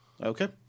Okay